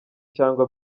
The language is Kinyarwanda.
cyangwa